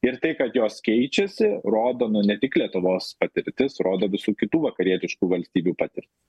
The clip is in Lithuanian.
ir tai kad jos keičiasi rodo nu ne tik lietuvos patirtis rodo visų kitų vakarietiškų valstybių patir